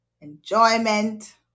enjoyment